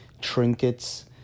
trinkets